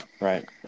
Right